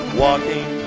walking